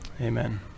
Amen